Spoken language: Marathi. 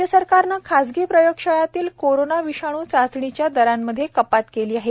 राज्य सरकारनं खासगी प्रयोग शाळांतील कोरोना विषाणू चाचणीच्या दरांमध्ये कपात केली आहे